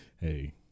Hey